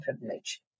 privilege